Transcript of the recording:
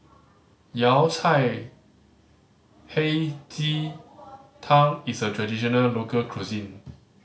Yao Cai Hei Ji Tang is a traditional local cuisine